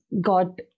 got